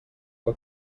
que